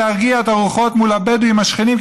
להרגיע את הרוחות מול הבדואים השכנים,